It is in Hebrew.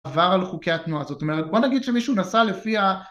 עבר על חוקי התנועה, זאת אומרת בוא נגיד שמישהו נסע לפי